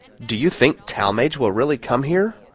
do you think talmage will really come here?